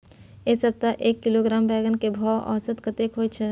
ऐ सप्ताह एक किलोग्राम बैंगन के भाव औसत कतेक होय छै?